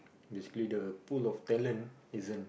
basically the pool of talent isn't